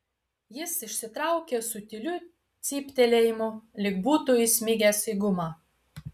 jis išsitraukė su tyliu cyptelėjimu lyg būtų įsmigęs į gumą